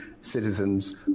citizens